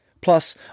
Plus